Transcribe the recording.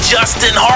Justin